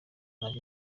ntacyo